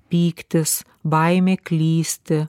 pyktis baimė klysti